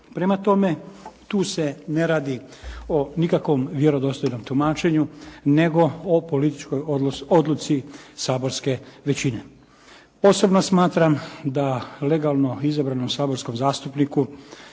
Prema tome, tu se ne radi o nikakvom vjerodostojnom tumačenju nego o političkoj odluci saborske većine. Posebno smatram da legalno izabranom saborskom zastupniku